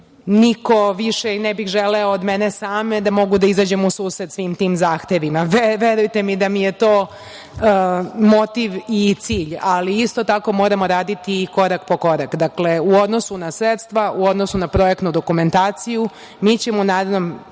više ne bi želeo od mene same da mogu da izađem u susret svim tim zahtevima. Verujte mi da mi je to motiv i cilj, ali isto tako moramo raditi i korak po korak. Dakle, u odnosu na sredstva, u odnosu na projektnu dokumentaciju, mi ćemo u narednom